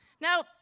Now